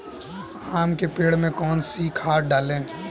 आम के पेड़ में कौन सी खाद डालें?